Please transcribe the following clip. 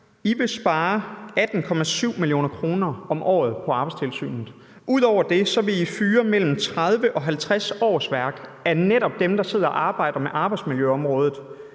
I vil spare 18,7 mio. kr. om året på Arbejdstilsynet. Ud over det vil I fyre mellem 30 og 50 årsværk af netop dem, der sidder og arbejder med arbejdsmiljøområdet.